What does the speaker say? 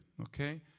Okay